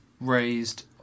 raised